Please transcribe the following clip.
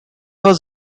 was